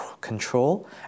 control